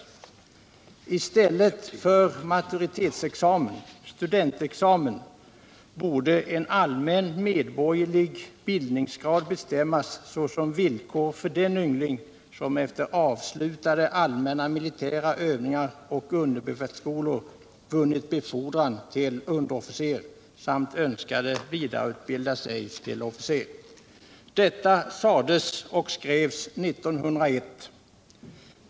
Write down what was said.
I stället för maturitetsexamen borde en allmän medborgerlig bildningsgrad bestämmas såsom villkor för den yngling, som efter avslutade allmänna militära övningar och underbefälsskolor vunnit befordran till underofficer samt önskade vidareutbilda sig till officer.” Detta sades och skrevs 1901.